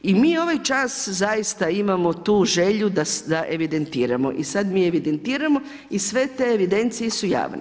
I mi ovaj čas zaista imamo tu želju da evidentiramo i sad mi evidentiramo i sve te evidencije su javne.